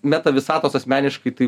meta visatos asmeniškai tai